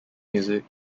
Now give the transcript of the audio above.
music